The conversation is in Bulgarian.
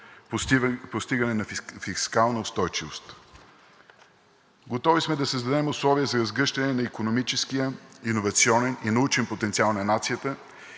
постигане на фискална устойчивост. Готови сме да създадем условия за разгръщане на икономическия, иновационния и научния потенциал на нацията